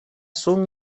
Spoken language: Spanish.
son